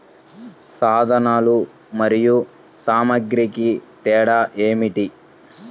సాధనాలు మరియు సామాగ్రికి తేడా ఏమిటి?